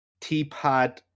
teapot